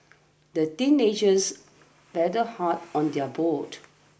the teenagers paddled hard on their boat